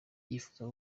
yifuza